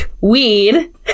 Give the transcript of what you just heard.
weed